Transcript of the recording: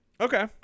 Okay